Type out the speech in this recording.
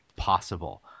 possible